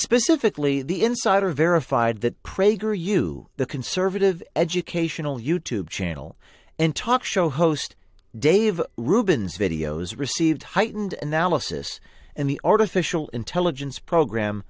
specifically the insider verified that prager you the conservative educational you tube channel and talk show host dave rubens videos received heightened analysis and the artificial intelligence program